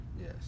Yes